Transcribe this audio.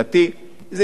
קצת האוצר,